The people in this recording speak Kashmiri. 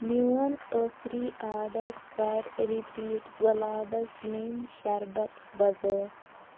میٛون ٲخری آرڈر کَر رِپیٖٹ گُلابس لیٚنٛبۍ شربت بَغٲر